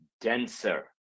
denser